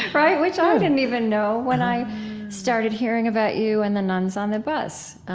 right? which i didn't even know when i started hearing about you and the nuns on the bus.